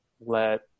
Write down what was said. let